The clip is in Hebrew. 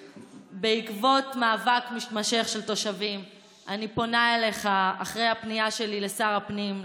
בעקבות מאבק מתמשך של תושבים אני פונה אליך אחרי הפנייה שלי לשר הפנים,